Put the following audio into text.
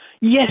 Yes